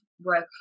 work